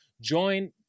join